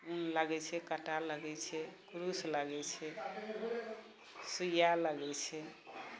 ऊन लगैत छै काँटा लगैत छै क्रूस लगैत छै सुइया लगैत छै